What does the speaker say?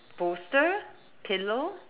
bolster pillow